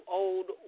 old